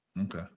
Okay